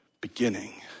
beginning